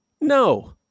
no